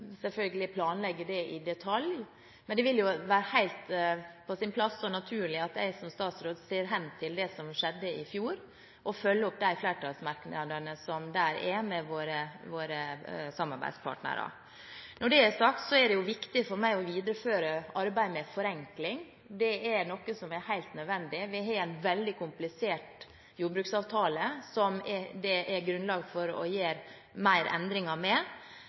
selvfølgelig, at vi har begynt å planlegge det i detalj. Men det vil være helt på sin plass og naturlig at jeg som statsråd ser hen til det som skjedde i fjor, og følger opp de flertallsmerknadene som der er, med våre samarbeidspartnere. Når det er sagt, er det viktig for meg å videreføre arbeidet med forenkling. Det er noe som er helt nødvendig. Vi har en veldig komplisert jordbruksavtale som det er grunnlag for å gjøre mer endringer